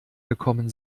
gekommen